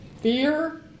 fear